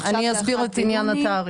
ועכשיו זה מיום 1 ביוני.